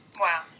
Wow